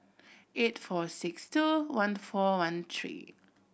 eight four six two one four one three